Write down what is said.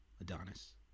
Adonis